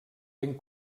ben